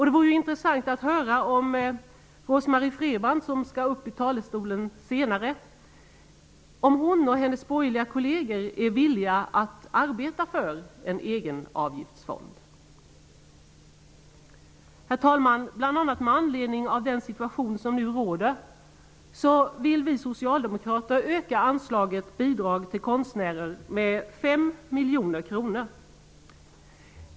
Det vore intressant att höra om Rose-Marie Frebran, som skall upp i talarstolen senare, och hennes borgerliga kolleger är villiga att arbeta för en egenavgiftsfond. Herr talman! Med anledning bl.a. av den situation som nu råder vill vi socialdemokrater öka anslaget Bidrag till konstnärer med 5 miljoner kronor.